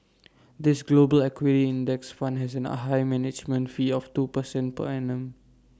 this global equity index fund has A high management fee of two percent per annum